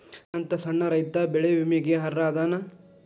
ನನ್ನಂತ ಸಣ್ಣ ರೈತಾ ಬೆಳಿ ವಿಮೆಗೆ ಅರ್ಹ ಅದನಾ?